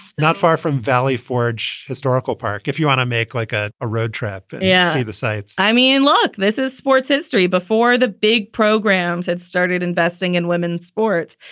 not far from valley forge historical park. if you want to make like a a road trip. yeah, see the sights i mean, look, this is sports history before the big programs had started investing in women's sports.